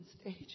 stage